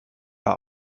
war